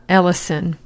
Ellison